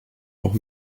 auch